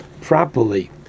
properly